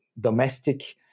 domestic